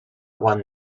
one